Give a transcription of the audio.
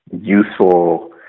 useful